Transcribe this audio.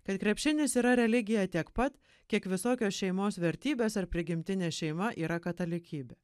kad krepšinis yra religija tiek pat kiek visokios šeimos vertybės ar prigimtinė šeima yra katalikybė